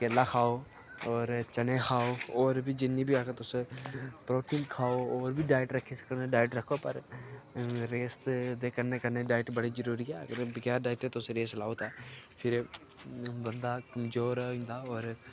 केला खाओ होर चने खाओ होर बी जिन्नी बी अगर तुस प्रोटीन खाओ होर बी डाइट रक्खी सकने डाइट रक्खो पर रेस दे कन्नै कन्नै डाइट बड़ी जरूरी ऐ अगर बगैर डाइट दे तुस रेस लाओ तां फिर बंदा कमजोर होई जंदा होर